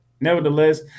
Nevertheless